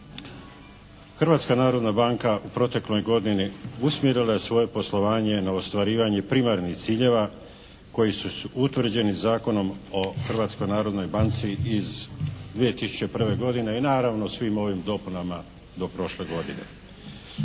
Hrvatska narodna banka u protekloj godini usmjerila je svoje poslovanje na ostvarivanje primarnih ciljeva koji su utvrđeni Zakonom o Hrvatskoj narodnoj banci iz 2001. godine i naravno svim ovim dopunama do prošle godine.